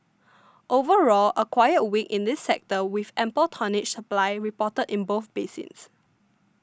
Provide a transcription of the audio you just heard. overall a quiet week in this sector with ample tonnage supply reported in both basins